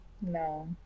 no